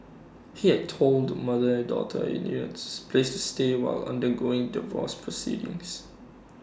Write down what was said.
he had told mother and daughter that he needed A place to stay while undergoing divorce proceedings